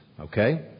Okay